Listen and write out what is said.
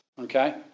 okay